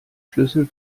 schlüssel